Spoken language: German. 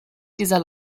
dieser